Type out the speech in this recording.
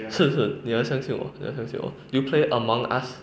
是是你要相信我你要相信我 do you play among us